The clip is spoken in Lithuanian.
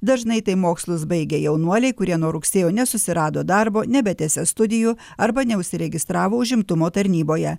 dažnai tai mokslus baigę jaunuoliai kurie nuo rugsėjo nesusirado darbo nebetęsė studijų arba neužsiregistravo užimtumo tarnyboje